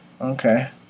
Okay